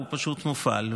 הוא פשוט מופעל,